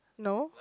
no